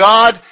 God